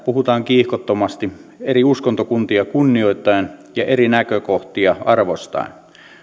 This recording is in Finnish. puhutaan kiihkottomasti eri uskontokuntia kunnioittaen ja eri näkökohtia arvostaen